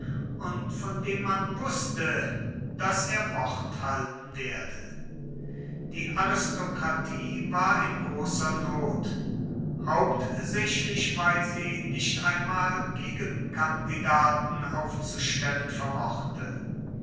und von dem man wußte daß er wort halten werde die aristokratie war in großer not hauptsächlich weil sie nicht einmal gegenkandidaten aufzustellen vermochte